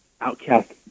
outcast